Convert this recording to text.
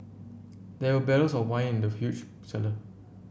there were barrels of wine in the huge cellar